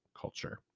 culture